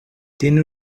tiene